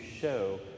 show